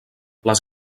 les